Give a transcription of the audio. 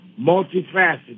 multifaceted